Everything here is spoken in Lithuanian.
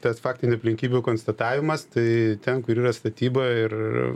tas faktinių aplinkybių konstatavimas tai ten kur yra statyba ir